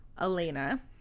elena